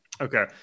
Okay